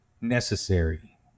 necessary